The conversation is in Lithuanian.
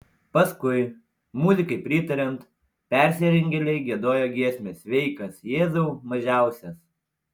paskui muzikai pritariant persirengėliai giedojo giesmę sveikas jėzau mažiausias